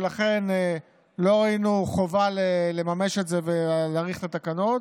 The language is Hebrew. ולכן לא ראינו חובה לממש את זה ולהאריך את התקנות,